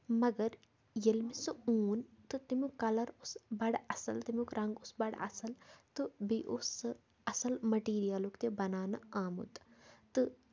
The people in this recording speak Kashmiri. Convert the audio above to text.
مَگَر ییٚلہِ مےٚ سُہ اون تہٕ تَمیُک کَلَر اوس بَڑٕ اَصٕل تَمیُک رنٛگ اوس بَڑٕ اَصٕل تہٕ بیٚیہِ اوس سُہ اَصٕل مٔٹیٖرِیَلُک تہِ بَناونہٕ آمُت تہٕ